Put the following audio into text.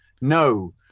No